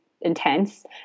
intense